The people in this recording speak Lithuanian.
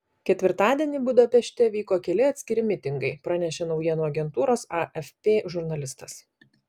ketvirtadienį budapešte vyko keli atskiri mitingai pranešė naujienų agentūros afp žurnalistas